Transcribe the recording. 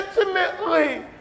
intimately